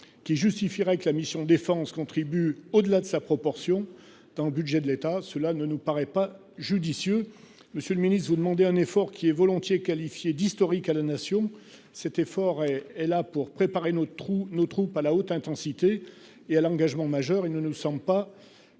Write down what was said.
qui justifieraient que la mission Défense contribue au-delà de sa proportion dans le budget de l'État. Cela ne nous paraît pas judicieux. Monsieur le Ministre vous demander un effort qui est volontiers qualifiée d'historique à la nation. Cet effort et est là pour préparer notre ou nos troupes à la haute intensité et à l'engagement majeur